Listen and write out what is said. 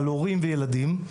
על הורים וילדים.